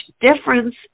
difference